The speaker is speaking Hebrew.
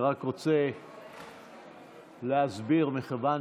אני רק רוצה להסביר: מכיוון